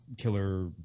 killer –